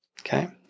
okay